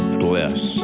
bless